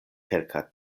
kelka